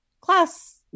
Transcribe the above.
class